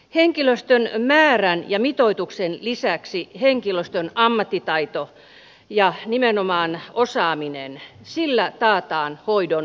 henkilöstön määrän ja mitoituksen lisäksi henkilöstön ammattitaidolla ja nimenomaan osaamisella taataan hoidon laatu